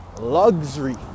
luxury